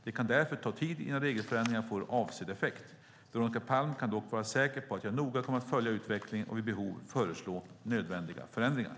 Det kan därför ta tid innan regelförändringarna får avsedd effekt. Veronica Palm kan dock vara säker på att jag noga kommer att följa utvecklingen och vid behov föreslå nödvändiga förändringar.